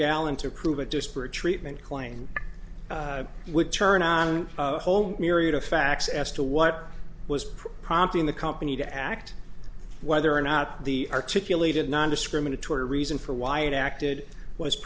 gallon to prove a disparate treatment claim would turn on a whole myriad of facts as to what was prompting the company to act whether or not the articulated nondiscriminatory reason for why it acted was